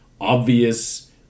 obvious